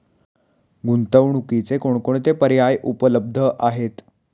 गुंतवणुकीचे कोणकोणते पर्याय उपलब्ध आहेत?